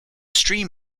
stream